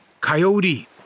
Coyote